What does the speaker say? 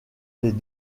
les